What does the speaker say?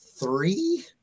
three